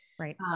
Right